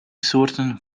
soorten